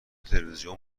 تلویزیون